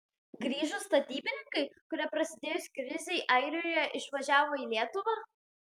grįžo statybininkai kurie prasidėjus krizei airijoje išvažiavo į lietuvą